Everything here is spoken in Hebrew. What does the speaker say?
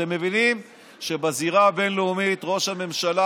אתם מבינים שבזירה הבין-לאומית ראש הממשלה,